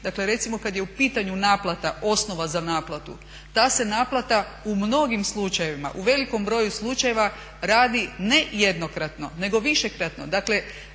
FINA-i, recimo kad je u pitanju naplata osnova za naplatu ta se naplata u mnogim slučajevima u velikom broju slučajeva radi ne jednokratno nego višekratno.